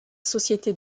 société